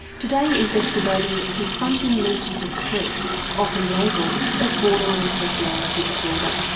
today investigating the confronting mental distress often labelled as borderline personality disorder.